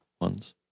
ones